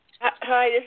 Hi